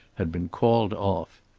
had been called off.